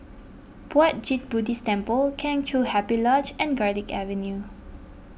Puat Jit Buddhist Temple Kheng Chiu Happy Lodge and Garlick Avenue